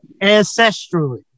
ancestrally